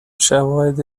شواهد